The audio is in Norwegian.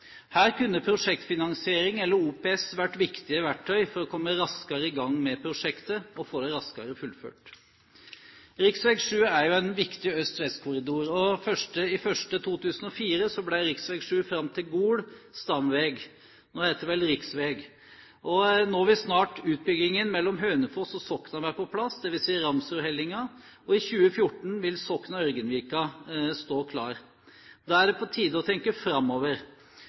Her kunne prosjektfinansiering eller OPS vært viktige verktøy for å komme raskere i gang med prosjektet og å få det raskere fullført. Riksvei 7 er en viktig øst–vest-korridor. Den 1. januar 2004 ble rv. 7 fram til Gol stamvei – nå heter det vel riksvei. Nå vil snart utbyggingen mellom Hønefoss og Sokna være på plass, det vil si Ramsrudhellinga, og i 2014 til Sokna–Ørgenvika stå klar. Da er det på tide å tenke framover.